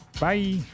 Bye